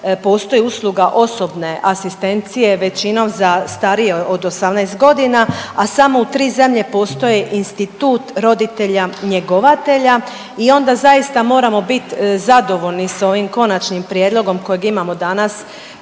postoji usluga osobne asistencije većinom za starije od 18 godina, a samo u 3 zemlje postoji institut roditelja njegovatelja. I onda zaista moramo biti zadovoljni s ovim konačnim prijedlogom kojeg imamo danas